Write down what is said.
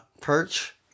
perch